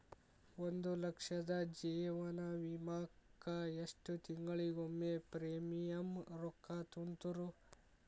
ಒಂದ್ ಲಕ್ಷದ ಜೇವನ ವಿಮಾಕ್ಕ ಎಷ್ಟ ತಿಂಗಳಿಗೊಮ್ಮೆ ಪ್ರೇಮಿಯಂ ರೊಕ್ಕಾ ತುಂತುರು?